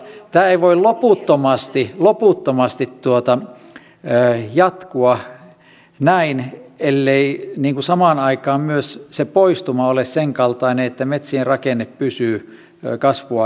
tämä ei voi loputtomasti jatkua näin ellei samaan aikaan myös se poistuma ole senkaltainen että metsien rakenne pysyy kasvua edistävänä